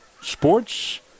Sports